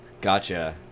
Gotcha